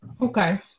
Okay